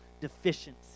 deficiency